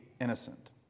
innocent